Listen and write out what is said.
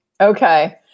Okay